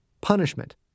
punishment